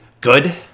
Good